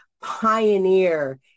pioneer